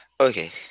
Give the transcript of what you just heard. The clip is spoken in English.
Okay